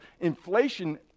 inflation